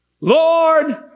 Lord